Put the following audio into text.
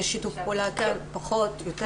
יש שיתוף פעולה פחות, יותר?